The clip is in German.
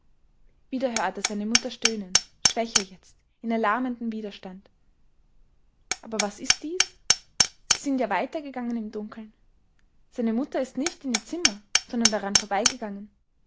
wieder hört er seine mutter stöhnen schwächer jetzt in erlahmendem widerstand aber was ist dies sie sind ja weiter gegangen im dunkeln seine mutter ist nicht in ihr zimmer sondern daran vorbeigegangen